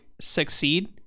succeed